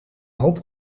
hoop